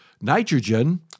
nitrogen